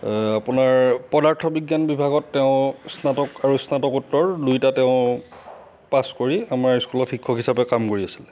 আপোনাৰ পদাৰ্থ বিজ্ঞান বিভাগত তেওঁ স্নাতক আৰু স্নাতকোত্তৰ দুয়োটা তেওঁ পাছ কৰি আমাৰ স্কুলত তেওঁ শিক্ষক হিচাপে কাম কৰি আছিলে